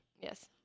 Yes